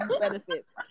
benefits